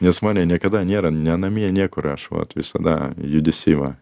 nes mane niekada nėra ne namie niekur aš vat visada judesy va